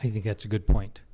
i think that's a good point